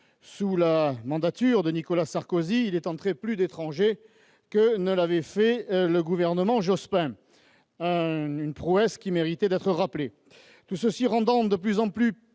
sous la mandature de Nicolas Sarkozy, il est entré plus d'étrangers en France que sous le gouvernement Jospin. Une prouesse qui mérite d'être rappelée ! Cela rend de plus en plus